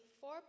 four